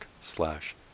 slash